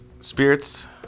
spirits